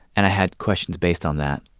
and i had questions based on that.